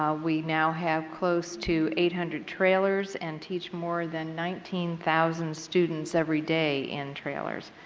ah we now have close to eight hundred trailers and teach more than nineteen thousand students every day in trailers.